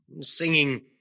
Singing